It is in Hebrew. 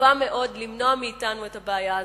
טובה מאוד, למנוע מאתנו את הבעיה הזו,